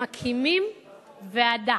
מקימים ועדה.